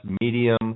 medium